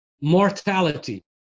mortality